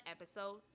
Episode